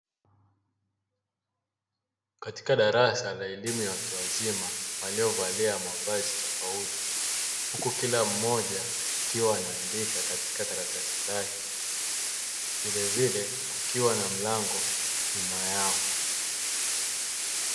Katika darasa la elimu ya watu wazima waliovalia mavazi tofauti, huku kila mmoja akiwa anaandika katika karatasi lake vilevile kukiwa na mlango nyuma yao.